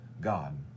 God